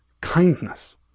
kindness